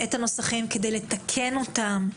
כדי לקרוא את הנוסחים ולתקן אותם,